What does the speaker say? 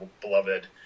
beloved